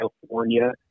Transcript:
California